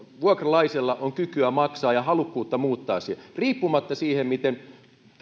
vuokralaisella on kykyä maksaa ja halukkuutta muuttaa siihen riippumatta siitä miten